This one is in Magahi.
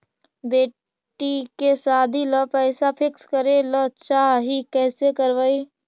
बेटि के सादी ल पैसा फिक्स करे ल चाह ही कैसे करबइ?